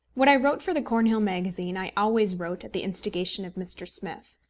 what i wrote for the cornhill magazine, i always wrote at the instigation of mr. smith.